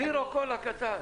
זירו קולה קטן.